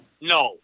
No